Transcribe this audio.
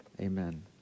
amen